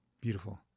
Beautiful